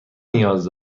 نیاز